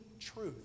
truth